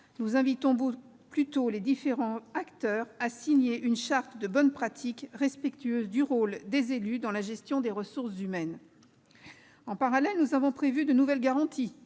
nous invitons plutôt les différents acteurs à signer une charte de bonnes pratiques respectueuse du rôle des élus dans la gestion des ressources humaines. En parallèle, nous avons prévu de nouvelles garanties